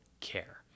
care